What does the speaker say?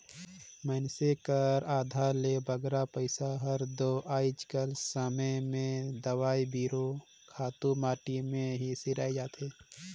मइनसे कर आधा ले बगरा पइसा हर दो आएज कर समे में दवई बीरो, खातू माटी में ही सिराए जाथे